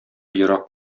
ерак